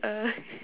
err